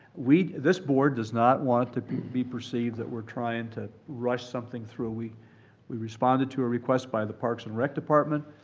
we this board does not want to be be perceived that we're trying to rush something through. we we responded to a request by the parks and rec department,